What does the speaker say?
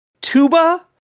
Tuba